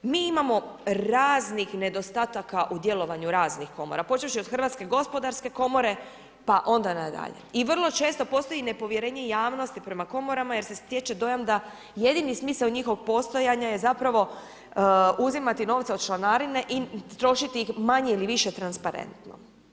Mi imao raznih nedostataka u djelovanju raznih Komora, počevši od Hrvatske gospodarske komore, pa onda na dalje i vrlo često postoji nepovjerenje javnosti prema Komorama, jer se stječe dojam da jedini smisao njihovog postojanja je zapravo uzimati novce od članarine i trošiti ih manje ili više transparentno.